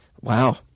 wow